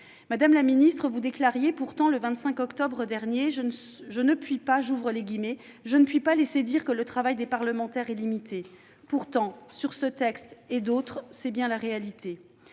Madame la secrétaire d'État, vous déclariez, le 25 octobre dernier :« Je ne puis laisser dire que le travail des parlementaires est limité ». Pourtant, sur ce texte et d'autres, c'est bien la réalité